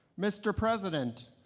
mr. president,